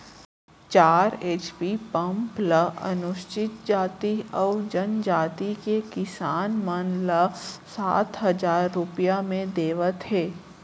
चार HP pump ल अनुसूचित जाति अउ जनजाति के किसान मन ल सात हजार रूपिया म देवत हे